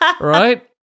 right